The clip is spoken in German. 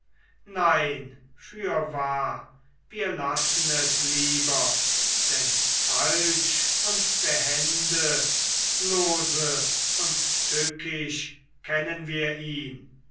nein fürwahr wir lassen es lieber denn falsch und behende lose und tückisch kennen wir ihn